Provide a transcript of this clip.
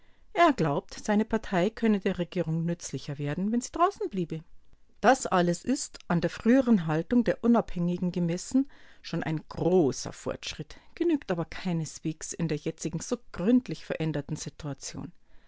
er glaubt seine partei könne der regierung nützlicher werden wenn sie draußen bliebe das alles ist an der früheren haltung der unabhängigen gemessen schon ein großer fortschritt genügt aber keineswegs in der jetzigen so gründlich veränderten situation